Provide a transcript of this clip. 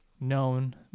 known